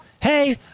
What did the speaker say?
Hey